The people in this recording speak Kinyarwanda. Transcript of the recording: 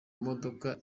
modoka